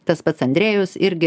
tas pats andrejus irgi